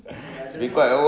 mm ada lah